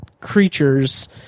creatures